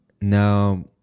No